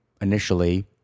initially